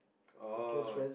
oh